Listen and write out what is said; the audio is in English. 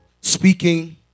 speaking